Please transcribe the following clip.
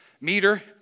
meter